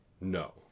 No